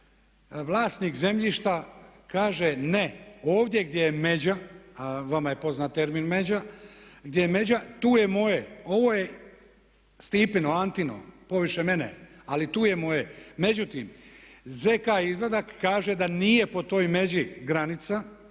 vlasnik zemljišta kaže ne, ovdje gdje je međa a vama je poznat termin međa, tu je moje, ovo je Stipino, Antino, ali tu je moje. Međutim, ZK izvadak kaže da nije po toj međi granica